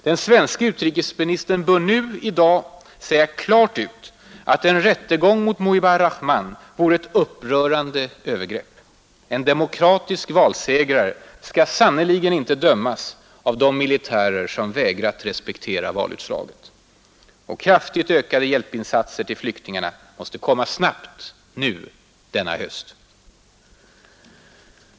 Den svenske utrikesministern bör nu i dag säga klart ut att en rättegång mot Muhibar Rahman vore ett upprörande övergrepp. En demokratisk valsegrare skall sannerligen inte dömas av de militärer som vägrat respektera valutslaget. Och kraftigt ökade hjälpinsatser till flyktingarna måste komma snabbt, nu, denna höst.